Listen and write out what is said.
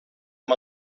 amb